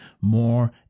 more